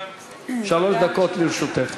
דקות לרשותך.